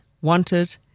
wanted